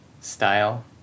style